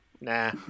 Nah